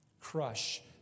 Crush